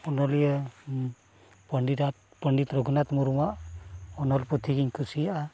ᱚᱱᱚᱞᱤᱭᱟᱹ ᱯᱚᱱᱰᱤᱛᱟᱜ ᱯᱚᱱᱰᱤᱛ ᱨᱟᱹᱜᱷᱩᱱᱟᱛ ᱢᱩᱨᱢᱩᱣᱟᱜ ᱚᱱᱚᱞ ᱯᱩᱛᱷᱤ ᱜᱤᱧ ᱠᱩᱥᱤᱭᱟᱜᱼᱟ